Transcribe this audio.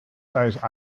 sized